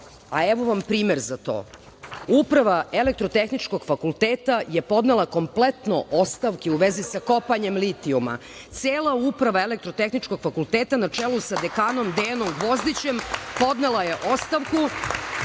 evo vam primer za to - Uprava Elektrotehničkog fakulteta je kompletno podnela ostavke u vezi sa kopanjem litijuma. Cela Uprava Elektrotehničkog fakulteta na čelu sa dekanom Dejanom Gvozdićem podnela je ostavku.